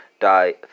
die